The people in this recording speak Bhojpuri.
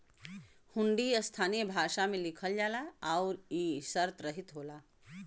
हुंडी स्थानीय भाषा में लिखल जाला आउर इ शर्तरहित होला